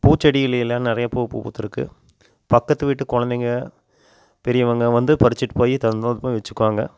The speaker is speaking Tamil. பூச்செடிகளிலெல்லாம் நிறைய பூ பூத்திருக்கு பக்கத்து வீட்டுக் குழந்தைங்க பெரியவங்கள் வந்து பறிச்சுட்டு போய் தினம்தோறும் வச்சிக்குவாங்க